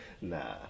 Nah